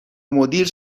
مدیر